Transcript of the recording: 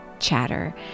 chatter